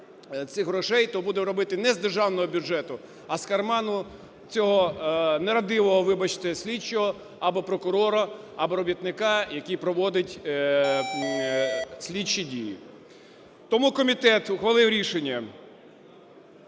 цих грошей, то будуть робити не з державного бюджету, а з карману цього неродивого, вибачте, слідчого або прокурора, або робітника, який проводить слідчі дії. Тому комітет ухвалив рішення: